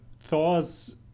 Thor's